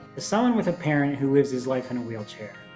someone with a parent who lives his life in a wheelchair,